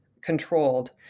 controlled